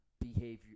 behavior